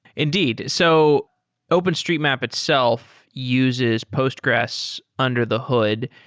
indeed. so openstreetmap itself uses postgres under the hood.